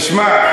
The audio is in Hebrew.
תשמע,